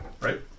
Right